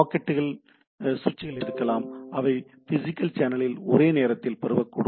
packet சுவிட்சுகள் இருந்தால் அவை பிசிகல் சேனலில் ஒரே நேரத்தில் பரவக்கூடும்